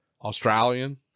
Australian